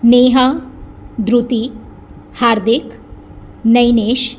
Neha Dhruti Hardik Nainesh